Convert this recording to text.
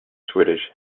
swedish